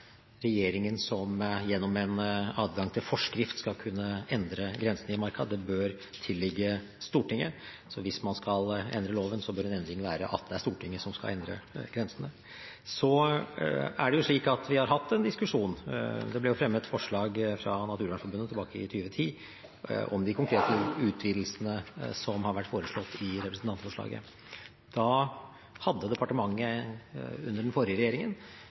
regjeringen som gjennom en adgang til forskrift skal kunne endre grensene i marka. Det bør tilligge Stortinget, så hvis man skal endre loven, bør en endring være at det er Stortinget som skal endre grensene. Så har vi hatt en diskusjon. Det ble fremmet forslag fra Naturvernforbundet tilbake i 2010 om de konkrete utvidelsene som har vært foreslått i representantforslaget. Da hadde departementet, under den forrige regjeringen,